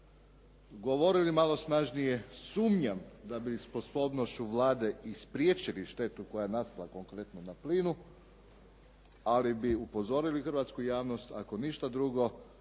govorili malo snažnije. Sumnjam da bi sposobnošću Vlade i spriječili štetu koja je nastala konkretno na plinu ali bi upozorili hrvatsku javnost ako ništa drugo